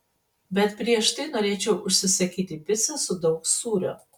bet prieš tai norėčiau užsisakyti picą su daug sūrio